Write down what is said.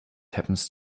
happens